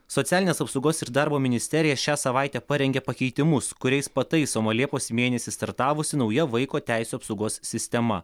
socialinės apsaugos ir darbo ministerija šią savaitę parengė pakeitimus kuriais pataisoma liepos mėnesį startavusi nauja vaiko teisių apsaugos sistema